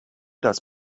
das